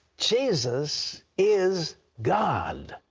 jesus is god!